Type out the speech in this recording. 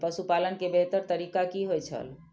पशुपालन के बेहतर तरीका की होय छल?